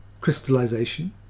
crystallization